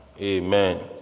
amen